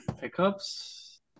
Pickups